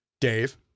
Dave